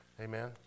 Amen